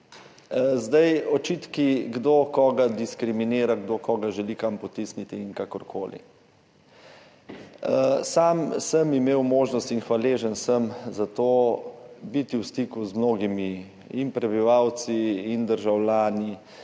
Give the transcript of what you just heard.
temi. Očitki, kdo koga diskriminira, kdo koga želi kam potisniti in kakorkoli, sam sem imel možnost, in hvaležen sem za to, biti v stiku z mnogimi prebivalci in državljani